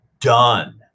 done